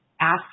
ask